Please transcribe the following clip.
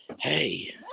Hey